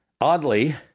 Oddly